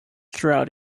throughout